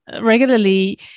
regularly